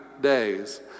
days